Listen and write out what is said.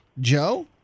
Joe